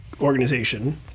organization